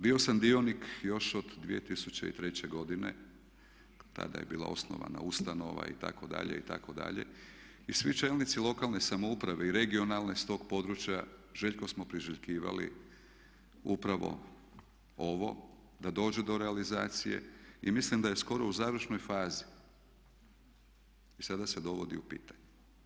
Bio sam dionik još od 2003. godine tada je bila osnovana ustanova itd. itd. i svi čelnici lokalne samouprave i regionalne s tog područja željko smo priželjkivali upravo ovo da dođe do realizacije i mislim da je skoro u završnoj fazi i sada se dovodi u pitanje.